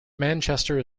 manchester